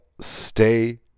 stay